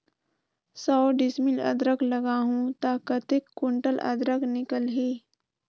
सौ डिसमिल अदरक लगाहूं ता कतेक कुंटल अदरक निकल ही?